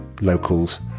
locals